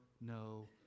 no